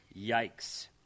Yikes